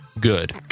Good